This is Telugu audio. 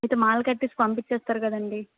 అయితే మాల కట్టేసి పంపిచ్చేస్తారు కదండీ